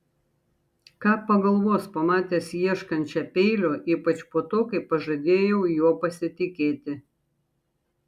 ką pagalvos pamatęs ieškančią peilio ypač po to kai pažadėjau juo pasitikėti